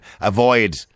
avoid